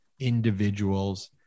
individuals